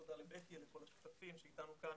תודה רבה לבקי ותודה לכל השותפים שנמצאים אתנו כאן